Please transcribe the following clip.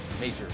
major